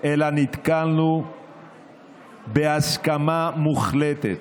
אלא נתקלנו בהסכמה מוחלטת.